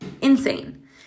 insane